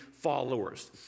followers